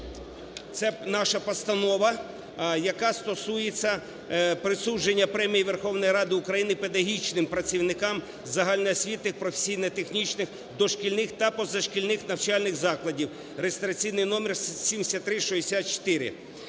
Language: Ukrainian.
Це наша постанова, яка стосується присудження Премії Верховної Ради України педагогічним працівникам загальноосвітніх, професійно-технічних, дошкільних та позашкільних навчальних закладів (реєстраційний номер 7364).